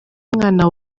umwana